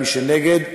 מי שנגד,